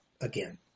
again